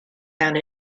found